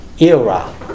era